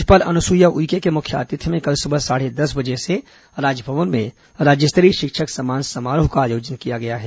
राज्यपाल अनुसुईया उइके के मुख्य आतिथ्य में कल सुबह साढ़े दस बजे से राजभवन में राज्य स्तरीय शिक्षक सम्मान समारोह का आयोजन किया गया है